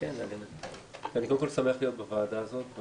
אני קודם כל שמח להיות בוועדה הזאת.